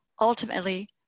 Ultimately